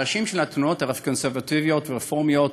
הראשים של התנועות הקונסרבטיביות והרפורמיות